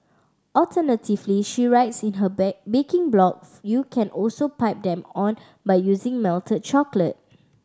alternatively she writes in her bake baking blogs you can also pipe them on by using melted chocolate